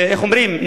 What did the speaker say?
איך אומרים,